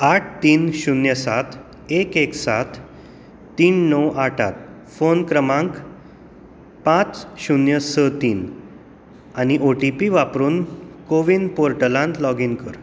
आठ तीन शुन्य सात एक एक सात तीन णव आठ आठ फोन क्रमांक पांच शुन्य स तीन आनी ओ टी पी वापरून कोविन पोर्टलांत लॉगिन कर